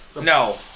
No